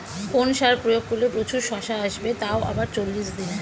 কোন সার প্রয়োগ করলে প্রচুর শশা আসবে তাও আবার চল্লিশ দিনে?